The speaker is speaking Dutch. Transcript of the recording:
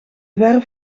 werf